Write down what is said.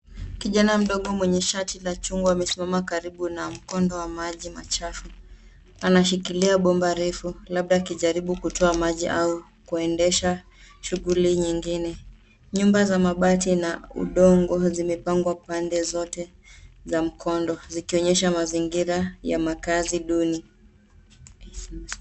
Kijana mdogo mwenye shati la chungwa amesimama karibu na mkondo wa maji machafu, anashikilia bomba refu, labda akijaribu kutoka maji, au kuendelesha shughuli nyingine. Nyumba za mabati, na udongo, zimepangwa pande zote za mkondo, zikionyesha mazingira ya makaazi duni.